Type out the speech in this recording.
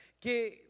que